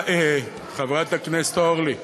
חברת הכנסת אורלי,